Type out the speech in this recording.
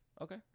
Okay